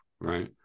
right